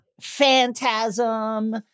Phantasm